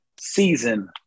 season